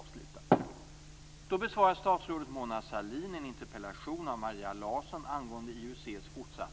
Tack!